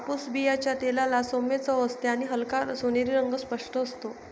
कापूस बियांच्या तेलाला सौम्य चव असते आणि हलका सोनेरी रंग स्पष्ट असतो